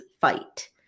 fight